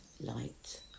light